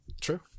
True